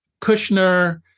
Kushner